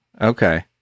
Okay